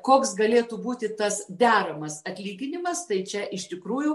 koks galėtų būti tas deramas atlyginimas tai čia iš tikrųjų